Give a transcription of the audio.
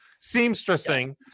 seamstressing